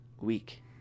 week